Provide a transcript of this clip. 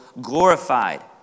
glorified